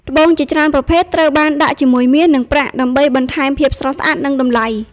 ត្បូងជាច្រើនប្រភេទត្រូវបានដាក់ជាមួយមាស និងប្រាក់ ដើម្បីបន្ថែមភាពស្រស់ស្អាត និងតម្លៃ។